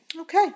Okay